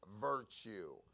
virtue